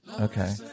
Okay